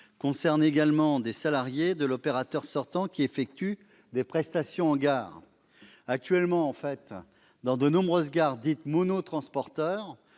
concerne également des salariés de l'opérateur sortant qui effectuent des prestations en gare. Actuellement, dans de nombreuses gares dites « monotransporteur